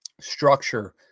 structure